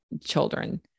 children